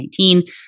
2019